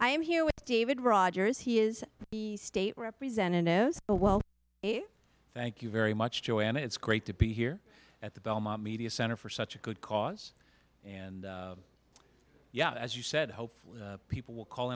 am here with david rogers he is the state representatives but well thank you very much joanne it's great to be here at the belmont media center for such a good cause and yet as you said hopefully people will call